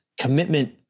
commitment